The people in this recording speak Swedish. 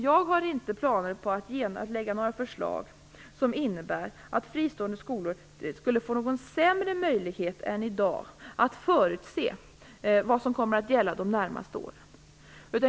Jag har inte planer på att lägga fram några förslag som innebär att de fristående skolorna skulle få en sämre möjlighet än de har i dag att förutse vad som kommer att gälla de närmaste åren.